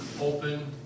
open